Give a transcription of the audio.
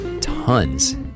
tons